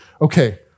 Okay